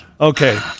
Okay